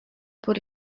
por